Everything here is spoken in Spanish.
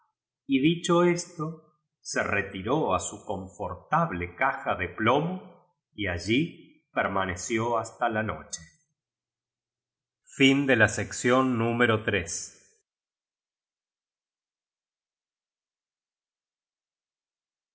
y dicho esto se retiró a su confortable cuja de plomo y allí permaneció basta la noche iv